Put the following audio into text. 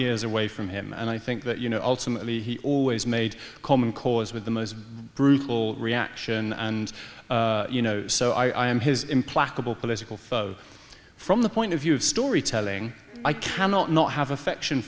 years away from him and i think that you know ultimately he always made common cause with the most brutal reaction and you know so i am his implacable political foe from the point of view of storytelling i cannot not have affection